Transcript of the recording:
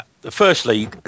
Firstly